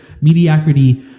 mediocrity